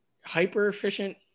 hyper-efficient –